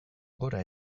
gora